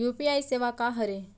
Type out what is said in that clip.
UPI सेवा का हरे?